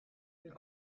elle